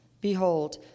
Behold